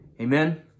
Amen